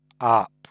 up